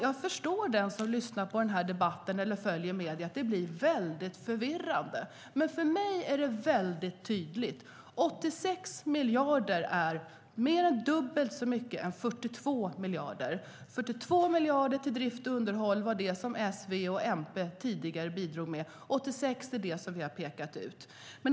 Jag förstår att det blir väldigt förvirrande för den som lyssnar på den här debatten eller följer medierna, men för mig är det väldigt tydligt: 86 miljarder är mer än dubbelt så mycket som 42 miljarder. 42 miljarder till drift och underhåll var det som S, V och MP tidigare bidrog med. 86 miljarder är det som vi har pekat ut.